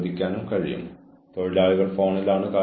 എന്ത് പറഞ്ഞാലും വഴങ്ങരുത്